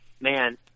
man